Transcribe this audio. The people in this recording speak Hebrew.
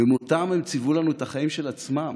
במותם הם ציוו לנו את החיים של עצמם,